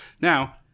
Now